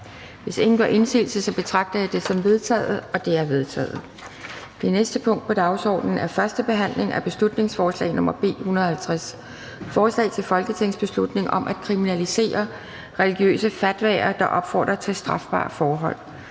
Hvis ingen gør indsigelse, betragter jeg det som vedtaget. Det er vedtaget. --- Det næste punkt på dagsordenen er: 11) 1. behandling af beslutningsforslag nr. B 150: Forslag til folketingsbeslutning om at kriminalisere religiøse fatwaer, der opfordrer til strafbare forhold.